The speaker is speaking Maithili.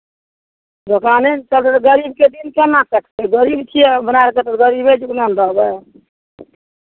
दोकाने नहि चलतै तऽ गरीबके दिन केना कटतै गरीब छियै हमरा एतेक तऽ गरीबे ने रहबै